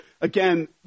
again